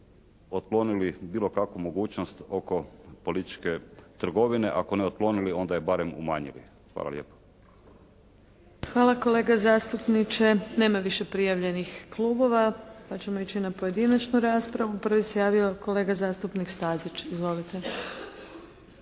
otklonili bilo kakvu mogućnost oko političke trgovine. Ako ne otklonili onda je barem umanjili. Hvala lijepo. **Adlešič, Đurđa (HSLS)** Hvala kolega zastupniče. Nema više prijavljenih klubova, pa ćemo ići na pojedinačnu raspravu. Prvi se javio kolega zastupnik Stazić. Izvolite!